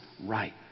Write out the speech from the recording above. right